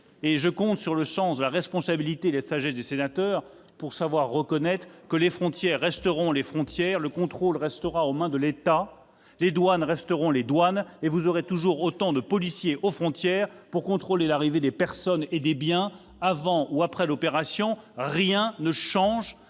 ? Je compte sur le sens des responsabilités et sur la sagesse des sénateurs pour savoir reconnaître que les frontières resteront les frontières, que le contrôle restera aux mains de l'État, que les douanes resteront les douanes et qu'on comptera toujours autant de policiers aux frontières pour contrôler l'arrivée des personnes et des biens ! Avant ou après l'opération, rien ne change